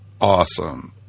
awesome